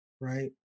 right